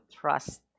trust